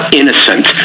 innocent